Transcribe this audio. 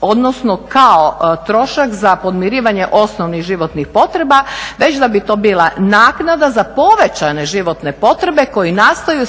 odnosno kao trošak za podmirivanje osnovnih životnih potreba, već da bi to bila naknada za povećane životne potrebe koje nastaju